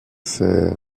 s’est